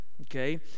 okay